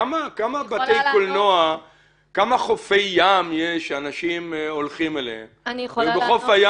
הרי כמה חופי ים יש שאנשים הולכים אליהם?